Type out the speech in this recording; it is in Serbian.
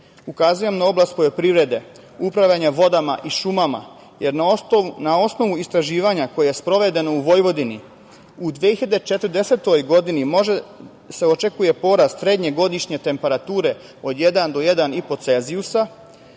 ukazujem na oblast poljoprivrede, upravljanja vodama i šumama, jer na osnovu istraživanja koja su sprovedena u Vojvodini u 2040. godini može se očekivati porast srednje godišnje temperature od 1 do 1,5